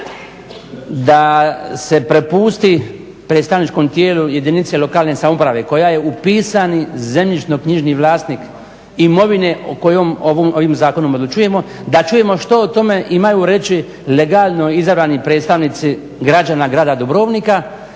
da se prepusti predstavničkom tijelu jedinice lokalne samouprave koja je upisani zemljišno-knjižni vlasnik imovine o kojoj ovim zakonom odlučujemo da čujemo što o tome imaju reći legalno izabrani predstavnici građana grada Dubrovnika,